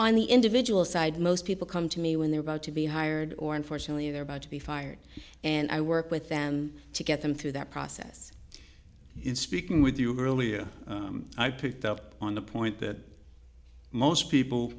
on the individual side most people come to me when they're about to be hired or unfortunately they're about to be fired and i work with them to get them through that process in speaking with you earlier i picked up on the point that most people